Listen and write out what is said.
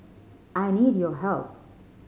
I need your help